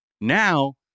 now